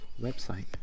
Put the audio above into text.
website